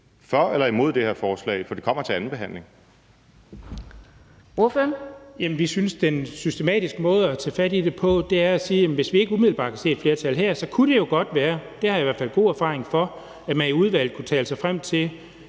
(Karina Adsbøl): Ordføreren. Kl. 15:02 Jens Henrik Thulesen Dahl (DD): Jamen vi synes, den systematiske måde at tage fat i det på er at sige, at hvis ikke vi umiddelbart kan se et flertal her, kunne det jo godt være, det har jeg i hvert fald gode erfaringer med, at man i udvalget kunne tale sig frem til